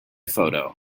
photo